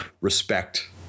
respect